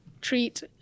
treat